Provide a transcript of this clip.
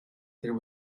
there